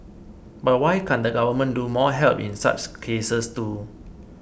but why can't the government do more help in such cases too